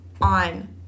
on